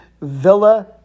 Villa